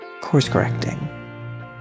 course-correcting